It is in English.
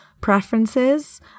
preferences